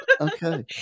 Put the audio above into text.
Okay